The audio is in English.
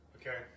Okay